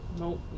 No